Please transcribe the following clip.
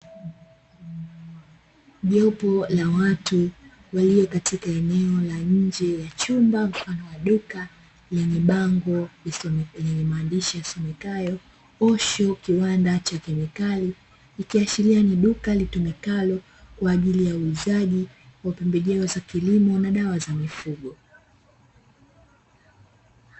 Jopo la watu walio katika eneo la nje ya chumba mfano wa duka, lenye bango lenye maandishi yasomekayo "Osho Kiwanda Cha Kemikali", ikiashiria ni duka litumikalo kwa ajili ya uuzaji wa pembejeo za kilimo na dawa za mifugo.